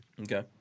okay